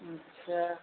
अच्छा